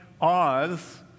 Oz